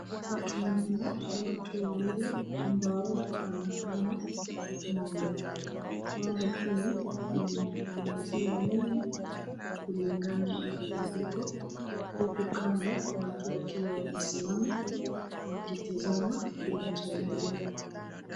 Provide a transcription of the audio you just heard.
Hapa tunaona watu wawili ambao wanakama ng'ombe.Ng'ombe hii ni ya maziwa mingi. Kulingana na venye iko huku watu kando wakiwa wamesimama wakitizama kinachoendelea.